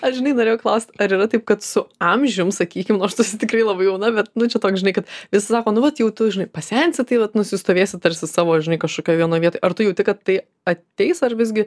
aš žinai norėjau klaust ar yra taip kad su amžium sakykim nors tu esi tikrai labai jauna bet nu čia toks žinai kad visi sako nu vat jau tu žinai pasensi tai vat nusistovėsi tarsi savo žinai kažkokioj vienoj vietoj ar tu jauti kad tai ateis ar visgi